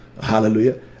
Hallelujah